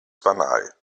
banal